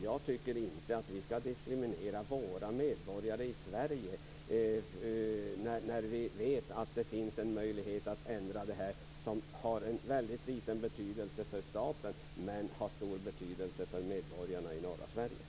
Jag tycker inte att vi skall diskriminera våra medborgare i Sverige när vi vet att det finns en möjlighet att ändra det här som har en väldigt liten betydelse för staten men stor betydelse för medborgarna i norra Sverige.